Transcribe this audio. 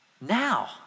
Now